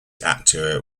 actor